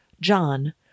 John